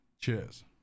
cheers